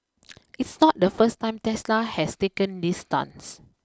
it's not the first time Tesla has taken this stance